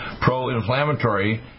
pro-inflammatory